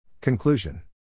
Conclusion